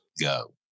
go